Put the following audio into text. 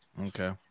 Okay